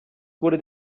wurde